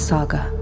Saga